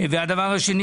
והדבר השני,